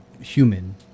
human